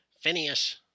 Phineas